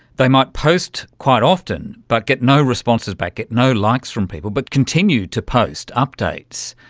they might post quite often but get no responses back, get no likes from people, but continue to post updates.